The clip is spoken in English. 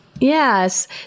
Yes